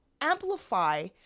Amplify